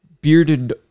bearded